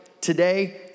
today